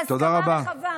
בהסכמה רחבה.